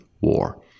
War